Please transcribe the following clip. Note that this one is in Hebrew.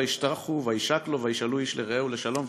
וישתחו ויישק לו וישאלו איש לרעהו לשלום,